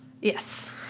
Yes